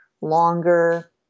longer